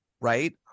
right